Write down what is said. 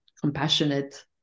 compassionate